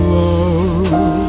love